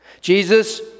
Jesus